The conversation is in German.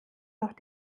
noch